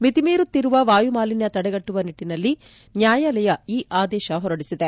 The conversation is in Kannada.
ಮಿತಿ ಮೀರುತ್ತಿರುವ ವಾಯುಮಾಲಿನ್ನ ತಡೆಗಟ್ಟುವ ನಿಟ್ಡಿನಲ್ಲಿ ನ್ಯಾಯಾಲಯ ಈ ಆದೇಶ ಹೊರಡಿಸಿದೆ